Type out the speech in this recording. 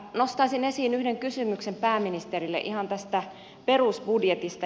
nostaisin esiin yhden kysymyksen pääministerille ihan tästä perusbudjetista